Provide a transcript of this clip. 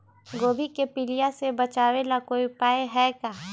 गोभी के पीलिया से बचाव ला कोई उपाय है का?